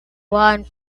one